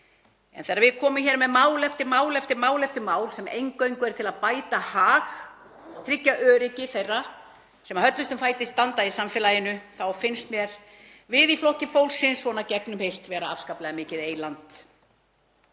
En þegar við komum hér með mál eftir mál eftir mál sem eingöngu eru til að bæta hag og tryggja öryggi þeirra sem höllustum fæti standa í samfélaginu þá finnst mér við í Flokki fólksins svona gegnheilt vera afskaplega mikið eyland.